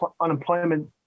unemployment